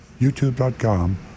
YouTube.com